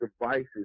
devices